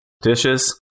dishes